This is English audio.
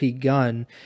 gun